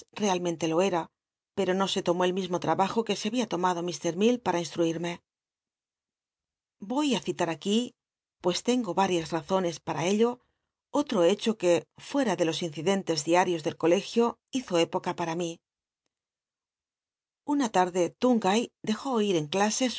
realmente lo era pero no se tomó el mismo trabajo que se babia tomado imi para instruirme voy á citar aquí pues tengo val'ias razones p ha ello otro hecho que fueta ele los incidentes diarios del colegio hizo época para mi una tarde l'ungay dejó oír en